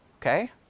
Okay